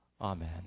Amen